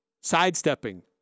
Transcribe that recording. sidestepping